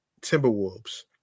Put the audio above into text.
timberwolves